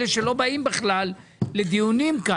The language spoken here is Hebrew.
אלה שלא באים בכלל לדיונים כאן.